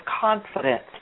confidence